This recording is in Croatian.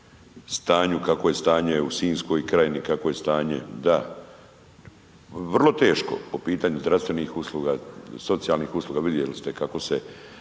je kakvo je stanje u Sinjskoj krajini, kakvo je stanje, da, vrlo teško po pitanju zdravstvenih usluga, socijalnih usluga, vidjeli ste kako se